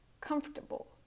comfortable